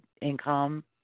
income